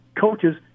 coaches